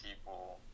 people